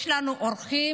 יש לנו אורחים,